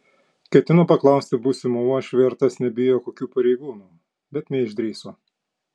ketino paklausti būsimą uošvį ar tas nebijo kokių pareigūnų bet neišdrįso